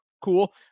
cool